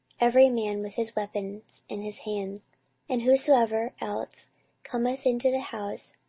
every man with his weapons in his hand and whosoever else cometh into the house,